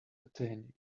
attain